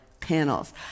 panels